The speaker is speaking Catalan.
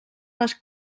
les